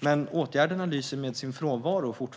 men vidtagandet lyser fortfarande med sin frånvaro.